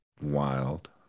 wild